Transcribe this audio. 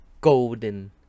golden